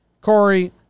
Corey